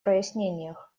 прояснениях